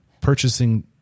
purchasing